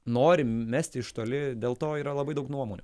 nori mesti iš toli dėl to yra labai daug nuomonių